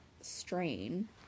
strain